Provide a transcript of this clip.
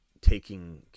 taking